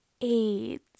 AIDS